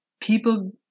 people